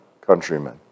countrymen